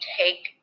take